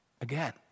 again